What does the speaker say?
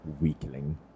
weakling